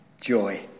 Joy